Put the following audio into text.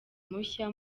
mushya